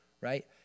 right